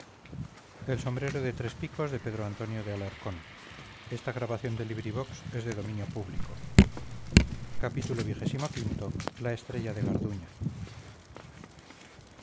su sombrero de tres picos y por lo vistoso de